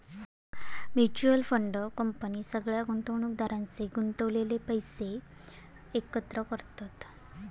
mutual fund company सगळ्या गुंतवणुकदारांचे गुंतवलेले पैशे एकत्र करतत